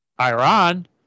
Iran